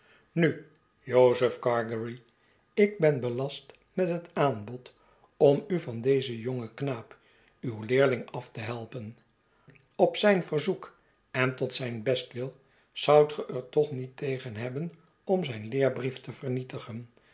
nu jozef gargery ik ben belast met het aanbod om u van dezen jongen knaap uw leerling af te helpen op zijn verzoek en tot zijn bestwil zoudt ge er toch niet tegen hebben om zijn leerbrief te vernietigen